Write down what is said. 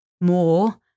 more